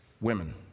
Women